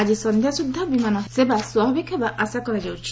ଆଜି ସନ୍ଧ୍ୟା ସୁଦ୍ଧା ବିମାନ ସେବା ସ୍ୱାଭାବିକ ହେବାର ଆଶା କରାଯାଉଛି